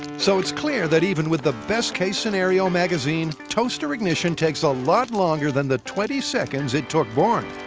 so, it's clear that even with the best-case-scenario magazine, toaster ignition takes a lot longer than the twenty seconds it took bourne.